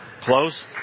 Close